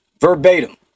verbatim